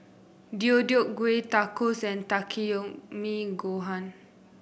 Deodeok Gui Tacos and Takikomi Gohan